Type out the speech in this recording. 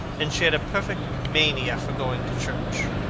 and she had a perfect mania for going to church.